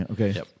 Okay